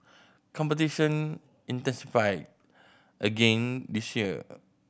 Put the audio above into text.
competition intensified again this year